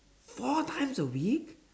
four times a week